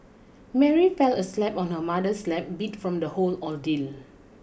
Mary fell asleep on her mother's lap beat from the whole ordeal